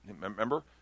remember